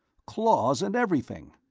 claws and everything!